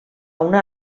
una